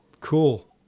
cool